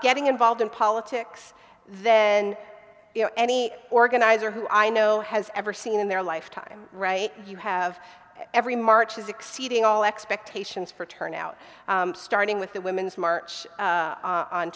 getting involved in politics then you know any organizer who i know has ever seen in their lifetime you have every march is exceeding all expectations for turnout starting with the women's march